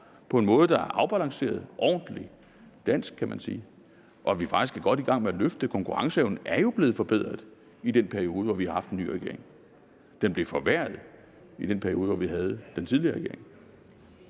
på en måde, der er afbalanceret, ordentlig, dansk, kan man sige, og vi er faktisk godt i gang med at løfte konkurrenceevnen, for den er jo blevet forbedret i den periode, hvor vi har haft den nye regering. Den blev forværret i den periode, hvor vi havde den tidligere regering.